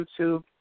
YouTube